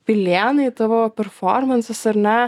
pilėnai tavo performansas ar ne